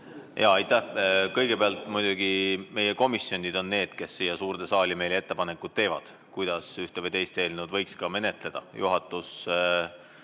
Aitäh! Kõigepealt, muidugi on meie komisjonid need, kes siia suurde saali meile ettepanekud teevad, kuidas ühte või teist eelnõu võiks menetleda.